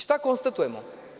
Šta konstatujemo?